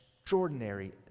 extraordinary